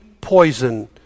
poison